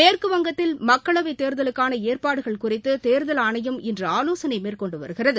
மேற்குவங்கத்தில் மக்களவைத் தேர்தலுக்கான ஏற்பாடுகள் குறித்து தேர்தல் ஆணையம் இன்று ஆலோசனை மேற்கொண்டு வருகிறது